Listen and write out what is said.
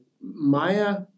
Maya